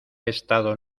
estado